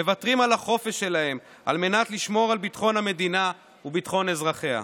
מוותרים על החופש שלהם על מנת לשמור על ביטחון המדינה וביטחון אזרחיה.